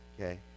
okay